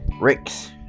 Rick's